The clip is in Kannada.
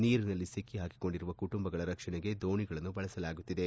ನೀರಿನಲ್ಲಿ ಸಿಕ್ಕಿ ಹಾಕಿಕೊಂಡಿರುವ ಕುಟುಂಬಗಳ ರಕ್ಷಣೆಗೆ ದೋಣಿಗಳನ್ನು ಬಳಸಲಾಗುತ್ತಿದೆ